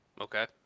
Okay